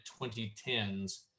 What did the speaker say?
2010s